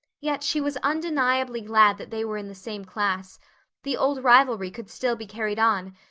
yet she was undeniably glad that they were in the same class the old rivalry could still be carried on,